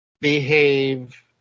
behave